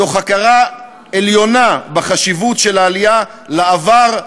תוך הכרה עליונה בחשיבות של העלייה לעבר,